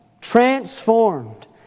Transformed